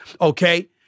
Okay